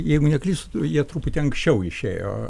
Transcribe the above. jeigu neklystu jie truputį anksčiau išėjo